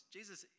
Jesus